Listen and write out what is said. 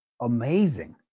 amazing